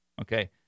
Okay